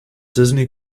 disney